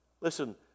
Listen